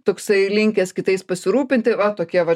toksai linkęs kitais pasirūpinti va tokie vat